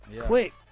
quick